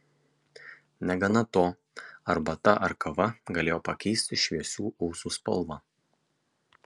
negana to arbata ar kava galėjo pakeisti šviesių ūsų spalvą